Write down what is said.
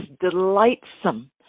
delightsome